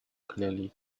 clearly